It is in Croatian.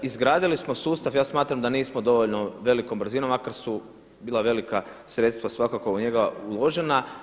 Izgradili smo sustav, ja smatram da nismo dovoljno velikom brzinom makar su bila velika sredstva svakako u njega uložena.